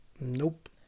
Nope